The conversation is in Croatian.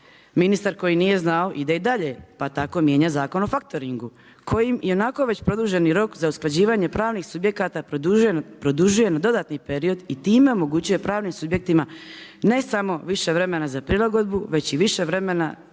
Ministar koji nije znao ide i dalje, pa tako mijenja Zakon o faktoringu kojim i onako već produženi rok za usklađivanje pravnih subjekata produžuje na dodatni period i time omogućuje pravnim subjektima ne samo više vremena za prilagodbu već i više vremena